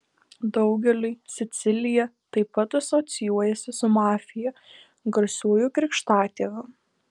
daugeliui sicilija taip pat asocijuojasi su mafija garsiuoju krikštatėviu